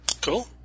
Cool